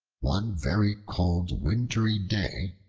one very cold wintry day,